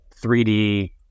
3D